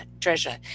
treasure